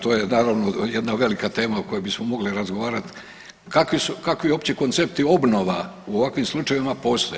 To je naravno jedna velika tema o kojoj bismo mogli razgovarati kakvi uopće koncepti obnova u ovakvim slučajevima postoje.